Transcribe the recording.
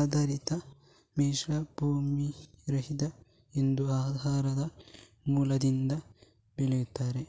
ಆಧಾರಿತ, ಮಿಶ್ರ, ಭೂರಹಿತ ಎಂದು ಆಹಾರದ ಮೂಲದಿಂದ ಹೇಳ್ತಾರೆ